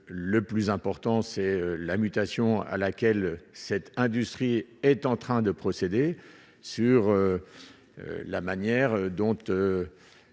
le plus important c'est la mutation à laquelle cette industrie est en train de procéder sur la manière dont